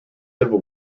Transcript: civil